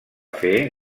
fer